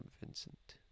Vincent